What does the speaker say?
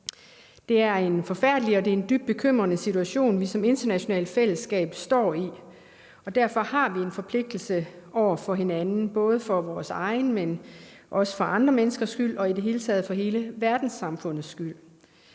Det er en forfærdelig og dybt bekymrende situation, vi som internationalt fællesskab står i, og derfor har vi en forpligtelse over for hinanden både for vores egen og for andre menneskers skyld og i det hele taget for hele verdenssamfundets skyld.